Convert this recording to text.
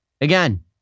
again